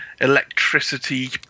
electricity